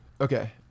Okay